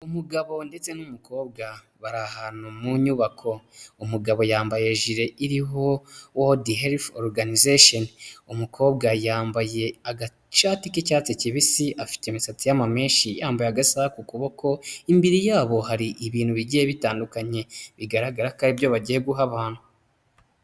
Umugabo ndetse n'umukobwa bari ahantu mu nyubako umugabo yambaye jile iriho wodhelh organization umukobwa yambaye agacati k'icyatsi kibisi afite imisatsi y'ama menshi yambaye agasaku kuboko imbere yabo hari ibintu bigiye bitandukanye bigaragara ko aribyo bagiye guha abantu.